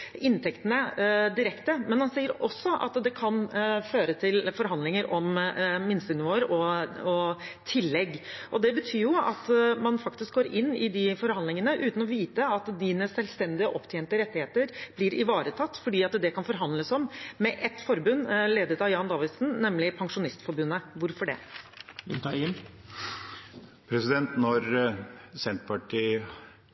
inntektene direkte, men han sier også at det kan føre til forhandlinger om minstenivåer og tillegg. Det betyr jo at man faktisk går inn i de forhandlingene uten å vite om ens selvstendig opptjente rettigheter blir ivaretatt, fordi det kan forhandles om med ett forbund, ledet av Jan Davidsen, nemlig Pensjonistforbundet. Hvorfor det? Når